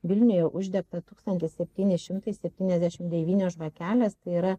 vilniuje uždegta tūkstantis septyni šimtai septyniasdešimt devynios žvakelės tai yra